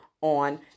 on